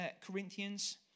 Corinthians